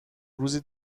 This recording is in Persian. روزی